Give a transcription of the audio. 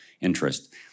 interest